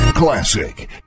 Classic